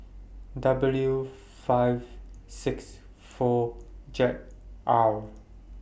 W five six four Jade R